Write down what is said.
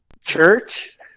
Church